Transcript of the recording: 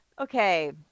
Okay